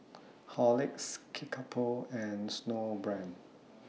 Horlicks Kickapoo and Snowbrand